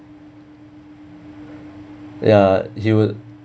ya he would